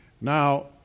Now